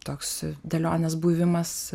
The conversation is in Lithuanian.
toks dėlionės buvimas